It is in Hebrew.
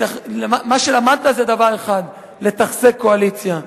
מה שלמדת זה דבר אחד: לתחזק קואליציה.